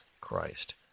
Christ